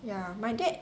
ya my dad